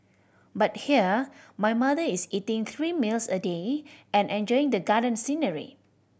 but here my mother is eating three meals a day and enjoying the garden scenery